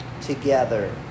together